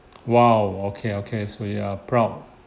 !wow! okay okay so you are proud